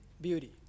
beauty